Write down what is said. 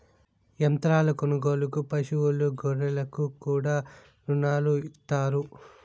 యంత్రాల కొనుగోలుకు పశువులు గొర్రెలకు కూడా రుణాలు ఇత్తారు